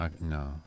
no